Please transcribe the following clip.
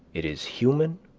it is human,